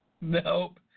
Nope